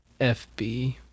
FB